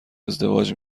ازدواج